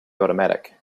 automatic